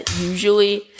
usually